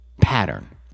pattern